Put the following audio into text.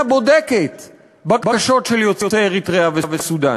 בודקת בקשות של יוצאי אריתריאה וסודאן.